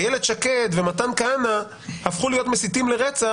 איילת שקד ומתן כהנא הפכו להיות מסיתים לרצח